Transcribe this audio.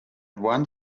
one